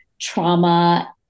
trauma